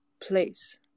place